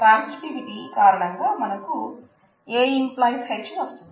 ట్రాన్సివిటి కారణంగా మనకు A → H వస్తుంది